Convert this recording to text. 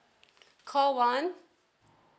call one